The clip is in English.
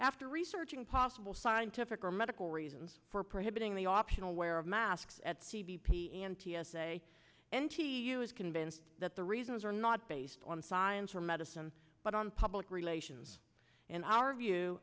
after researching possible scientific or medical reasons for prohibiting the optional wear of masks at c b p and p s a n t u is convinced that the reasons are not based on science or medicine but on public relations in our view